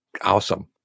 Awesome